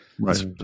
Right